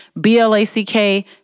B-L-A-C-K